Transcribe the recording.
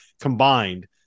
combined